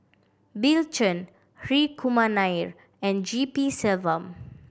Bill Chen Hri Kumar Nair and G P Selvam